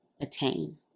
attain